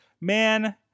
man